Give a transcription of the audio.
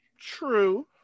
True